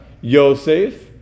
Yosef